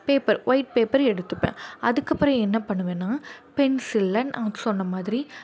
paper white paper எடுத்துப்பேன் அதுக்கப்புறம் என்ன பண்ணுவேன்னா பென்சில்ல நான் சொன்ன மாதிரி